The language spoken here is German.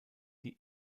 die